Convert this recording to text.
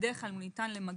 בדרך כלל הוא ניתן למגעים.